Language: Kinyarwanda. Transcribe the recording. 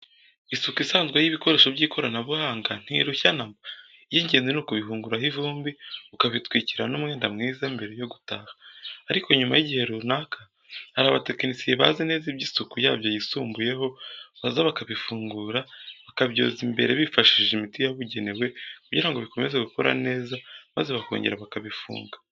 Isuku isanzwe y'ibikoresho by'ikoranabuhanga ntirushya na mba, icy'ingenzi ni ukubihunguraho ivumbi, ukabitwikira n'umwenda mwiza mbere yo gutaha; ariko nyuma y'igihe runaka hari abatekinisiye bazi neza iby' isuku yabyo yisumbuyeho, baza bakabifungura, bakabyoza imbere bifashishije imiti yabugenewe kugirango bikomeze gukora neza, maze bakongera bakabifunga.